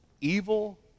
evil